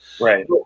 Right